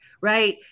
right